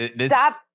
stop